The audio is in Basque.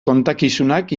kontakizunak